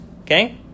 okay